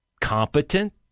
competent